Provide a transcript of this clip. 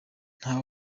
nta